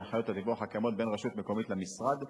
הנחיות הדיווח הקיימות בין רשות מקומית למשרד.